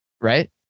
right